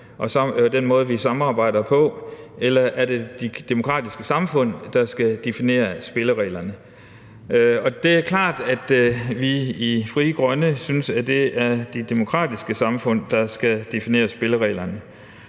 og den måde, vi samarbejder på, eller er det de demokratiske samfund, der skal definere spillereglerne? Det er klart, at vi i Frie Grønne synes, at det er de demokratiske samfund, der skal definere spillereglerne.